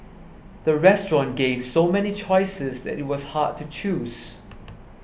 the restaurant gave so many choices that it was hard to choose